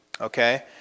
Okay